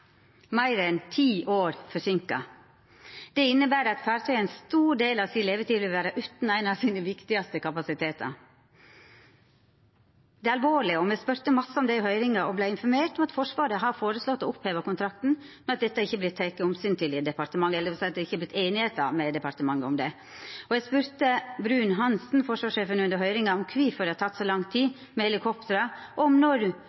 meir enn ti år forseinka. Det inneber at fartøya i ein stor del av levetida si vil vera utan ein av dei viktigaste kapasitetane sine. Det er alvorleg. Me spurde mykje om det i høyringa og vart informerte om at Forsvaret har føreslått å oppheva kontrakten, men at dette ikkje er vorte teke omsyn til i departementet – dvs. at ein ikkje har vorte einig med departementet om det. Og eg spurde forsvarssjef Bruun-Hanssen under høyringa om kvifor det har teke så lang tid med helikoptera, og om helikoptera, når